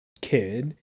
kid